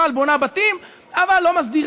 באה הממשלה